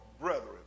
brethren